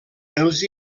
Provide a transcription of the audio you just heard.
els